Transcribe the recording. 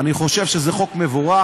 אני חושב שזה חוק מבורך,